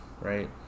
Right